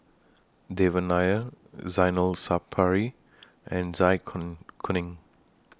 Devan Nair Zainal Sapari and Zai Kun Kuning